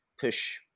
push